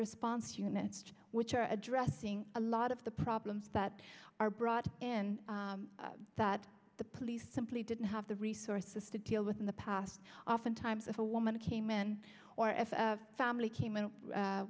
response units which are addressing a lot of the problems that are brought in that the police simply didn't have the resources to deal with in the past oftentimes if a woman came in or if a family came in